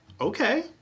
Okay